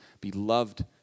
beloved